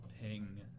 ping